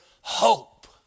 hope